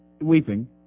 weeping